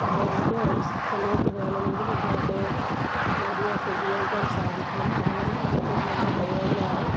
അവരുടെ ഏത് സമയത്ത് വേണമെങ്കിലും ഇത് ഒക്കെ മീഡിയയൊക്കെ ഉപയോഗിക്കാൻ സാധിക്കുമല്ലോ അതുകൊണ്ട് അതൊക്കെ ഒരു നല്ല പ്രയോജനമാണ്